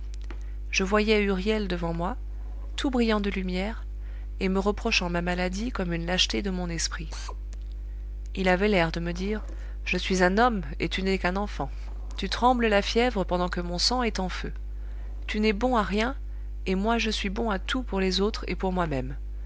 je voyais huriel devant moi tout brillant de lumière et me reprochant ma maladie comme une lâcheté de mon esprit il avait l'air de me dire je suis un homme et tu n'es qu'un enfant tu trembles la fièvre pendant que mon sang est en feu tu n'es bon à rien et moi je suis bon à tout pour les autres et pour moi-même